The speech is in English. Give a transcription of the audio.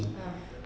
ah